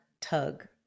tug